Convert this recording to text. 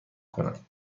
کنم